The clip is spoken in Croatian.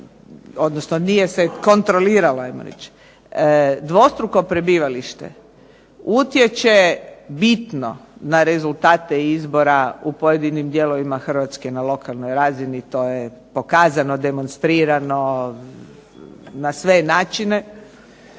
odnosno nije se kontroliralo, ajmo reći. Dvostruko prebivalište utječe bitno na rezultate izbora u pojedinim dijelovima Hrvatske na lokalnoj razini. To je pokazano, demonstrirano na sve načine,